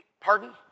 Pardon